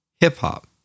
Hip-hop